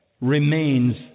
remains